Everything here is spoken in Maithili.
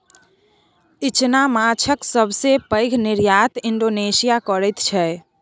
इचना माछक सबसे पैघ निर्यात इंडोनेशिया करैत छै